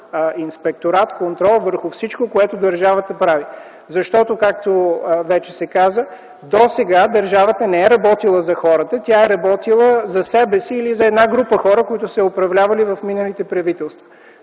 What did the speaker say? инспекторат, контрол върху всичко, което държавата прави, защото както вече се каза, досега държавата не е работила за хората, тя е работила за себе си или за една група хора, които са я управлявали в миналите правителства.